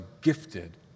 gifted